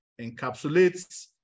encapsulates